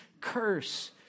curse